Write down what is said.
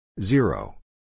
Zero